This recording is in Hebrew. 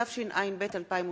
התשע"ב 2012,